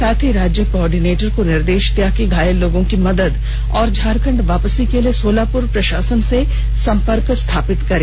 साथ ही राज्य को ऑर्डिनेटर को निदेश दिया कि घायल लोगों की मदद और झारखण्ड वापसी के लिए सोलापुर प्रशासन से संपर्क स्थापित करें